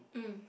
mm